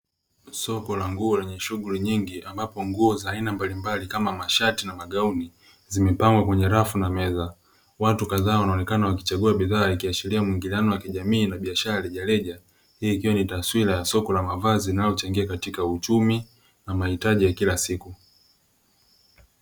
Soko la nguo lenye shughuli nyingi, ambapo nguo za aina mbalimbali kama mashati na magauni zimepangwa kwenye rafu na meza, watu kadhaa wanaonekana wanachagua bidhaa, ikiashiria muingiliano wa kijamii na biashara rejareja. Hii ikiwa ni taswira ya soko la mavazi linalochangia katika uchumi na mahitaji ya kila siku.